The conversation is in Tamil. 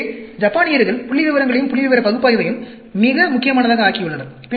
எனவே ஜப்பானியர்கள் புள்ளிவிவரங்களையும் புள்ளிவிவர பகுப்பாய்வையும் மிக முக்கியமானதாக ஆக்கியுள்ளனர்